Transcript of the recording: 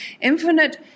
infinite